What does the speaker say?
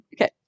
okay